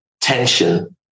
tension